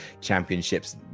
championships